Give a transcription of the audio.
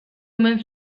omen